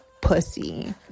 pussy